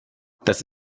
das